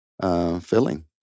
filling